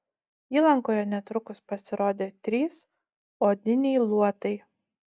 įlankoje netrukus pasirodė trys odiniai luotai